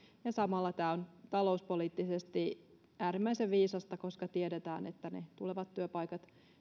ja samalla tämä on talouspoliittisesti äärimmäisen viisasta koska tiedetään että ne tulevat työpaikat